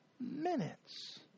minutes